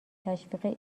تشویق